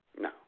No